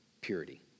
purity